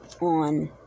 on